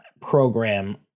program